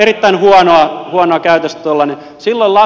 erittäin huonoa käytöstä tuollainen